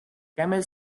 camel